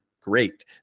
great